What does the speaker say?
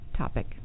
topic